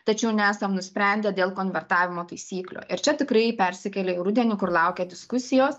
tačiau nesam nusprendę dėl konvertavimo taisyklių ir čia tikrai persikėlia į rudenį kur laukia diskusijos